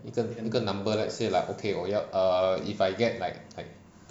一个一个 number like say like okay 我要 err if I get like like